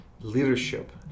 leadership